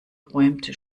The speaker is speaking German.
räumte